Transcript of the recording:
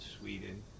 Sweden